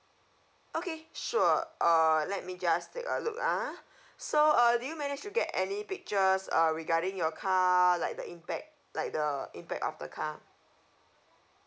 okay sure uh let me just take a look ah so uh did you manage to get any pictures uh regarding your car like the impact like the impact of the car